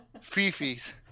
Fifi's